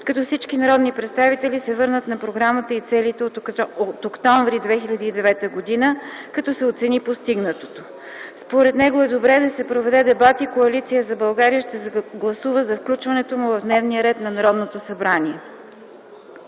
като всички народни представители се върнат на програмата и целите от м. октомври 2009 г. като се оцени постигнатото. Според него е добре да се проведе дебат и Коалиция за България ще гласува за включването му в дневния ред на Народното събрание.